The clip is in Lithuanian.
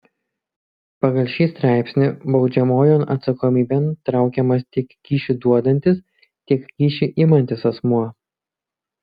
pagal šį straipsnį baudžiamojon atsakomybėn traukiamas tiek kyšį duodantis tiek kyšį imantis asmuo